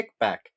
kickback